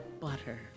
butter